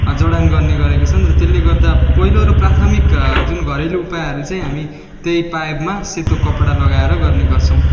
जडान गर्ने गरेका छन् र त्यसले गर्दा पहिलो र प्राथमिक जुन घरेलु उपायहरू चाहिँ हामी त्यही पाइपमा सेतो कपडा लगाएर गर्ने गर्छौँ